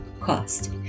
cost